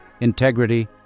integrity